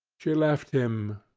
she left him,